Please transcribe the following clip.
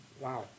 Wow